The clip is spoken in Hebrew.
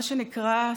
מה שנקרא,